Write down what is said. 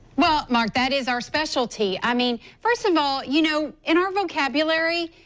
well, mark, that is our specialty. i mean, first of all, you know, in our vocabulary,